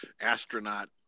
astronaut